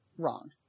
wrong